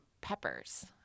Peppers